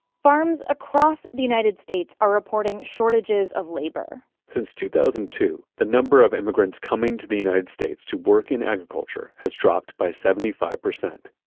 farms across the united states are reporting shortages of labor since two thousand and two, the number of immigrants coming to the united states to work in agriculture has dropped by seventy five percent.